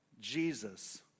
Jesus